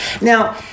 Now